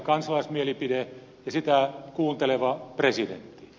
kansalaismielipide ja sitä kuunteleva presidentti